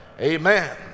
amen